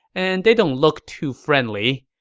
and they don't look too friendly.